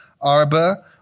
Arba